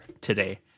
today